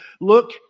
look